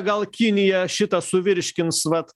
gal kinija šitą suvirškins vat